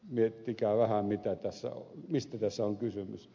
miettikää vähän mistä tässä on kysymys